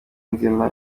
nzima